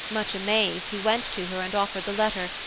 much amazed, he went to her and offered the letter,